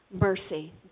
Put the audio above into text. Mercy